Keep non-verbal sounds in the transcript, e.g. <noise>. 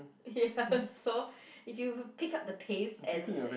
<laughs> ya so if you pick up the pace and like